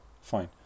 Fine